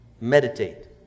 Meditate